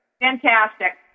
Fantastic